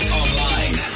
online